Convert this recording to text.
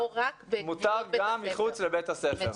מותר מחוץ גם לבית הספר.